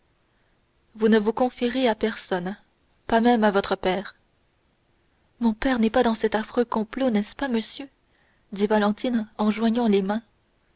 vous ne vous confierez à personne pas même à votre père mon père n'est pas de cet affreux complot n'est-ce pas monsieur dit valentine en joignant les mains